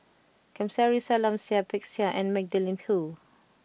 Kamsari Salam Seah Peck Seah and Magdalene Khoo